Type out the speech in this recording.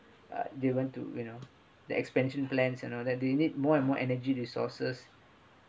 uh they want to you know the expansion plans you know that they need more and more energy resources